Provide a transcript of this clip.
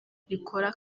rikora